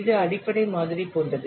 இது அடிப்படை மாதிரி போன்றது